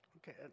Okay